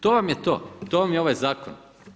To vam je to, to vam je ovaj zakon.